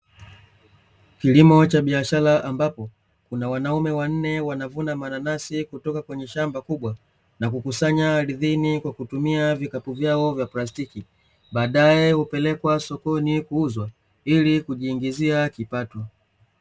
Kilimo cha biashara ambapo kuna wanaume wanne wanavuna mananasi kutoka kwenye shamba kubwa, na kukusanya ardhini kwa kutumia vikapu vyao vya plastiki baadae hupelekwa sokoni kuuzwa ili kujiingizia kipato.